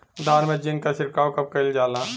धान में जिंक क छिड़काव कब कइल जाला?